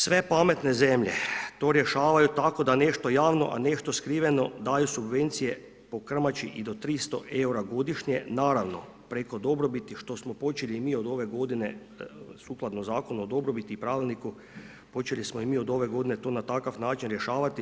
Sve pametne zemlje to rješavaju tako da nešto javno, a nešto skriveno daju subvencije po krmači i do 300 eura godišnje, naravno preko dobrobiti što smo počeli i mi od ove godine, sukladno zakonu o dobrobiti i pravilniku počeli smo i mi od ove godine na takav način rješavati.